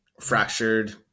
fractured